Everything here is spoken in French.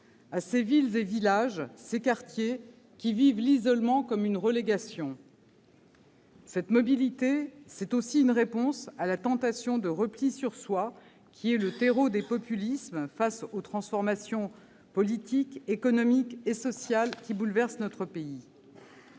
à ces villes, ces villages et ces quartiers qui vivent l'isolement comme une relégation. Cette mobilité est aussi une réponse à la tentation du repli sur soi, terreau des populismes, face aux transformations politiques, économiques et sociales qui bouleversent notre pays.